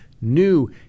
new